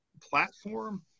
platform